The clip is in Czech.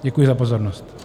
Děkuji za pozornost.